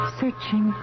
searching